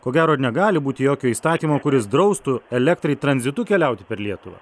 ko gero ir negali būti jokio įstatymo kuris draustų elektrai tranzitu keliauti per lietuvą